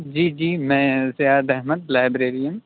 جی جی میں زیاد احمد لائبریرین